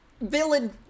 Villain